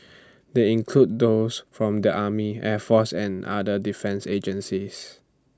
they include those from the army air force and other defence agencies